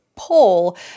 poll